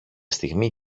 στιγμή